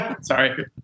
Sorry